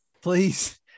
Please